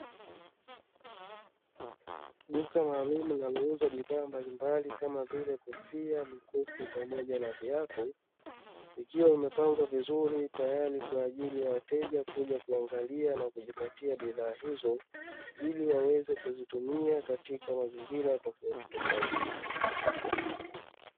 Duka maalumu linalouza bidhaa mbalimbali kama vile kofia, mikufu pamoja na viatu vikiwa vimepangwa vizuri tayari kwa ajili ya wateja kuja kuangalia na kujipatia bidhaa hizo, ili waweze kuzitumia katika mazingira tofautitofauti.